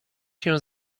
się